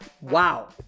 Wow